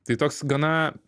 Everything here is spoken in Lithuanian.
tai toks gana